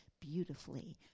beautifully